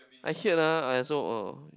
I hear ah I also oh